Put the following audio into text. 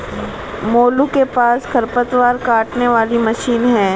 मोलू के पास खरपतवार काटने वाली मशीन है